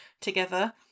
together